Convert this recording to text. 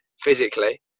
physically